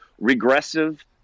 regressive